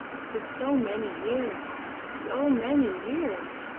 for so many years! so many years!